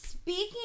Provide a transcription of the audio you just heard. Speaking